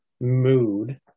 mood